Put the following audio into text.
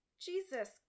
Jesus